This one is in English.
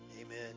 amen